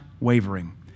wavering